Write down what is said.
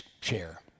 chair